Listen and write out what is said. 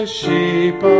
sheep